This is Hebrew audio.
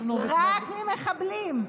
רק ממחבלים.